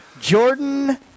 Jordan